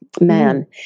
man